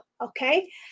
Okay